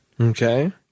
Okay